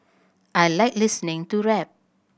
I like listening to rap